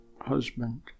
husband